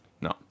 No